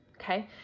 okay